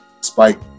Spike